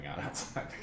outside